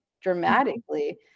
dramatically